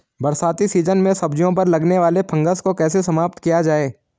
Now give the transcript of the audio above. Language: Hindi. बरसाती सीजन में सब्जियों पर लगने वाले फंगस को कैसे समाप्त किया जाए?